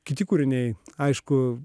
kiti kūriniai aišku